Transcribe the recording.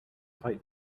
fight